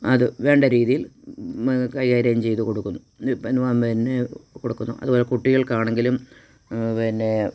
അത് വേണ്ട രീതിയിൽ കൈകാര്യം ചെയ്തു കൊടുക്കുന്നു പിന്നെ കൊടുക്കുന്നു അതുപോലെ കുട്ടികൾക്കാണെങ്കിലും പിന്നെ